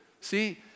See